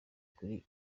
kuri